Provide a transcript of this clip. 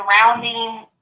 surrounding